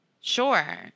Sure